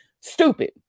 Stupid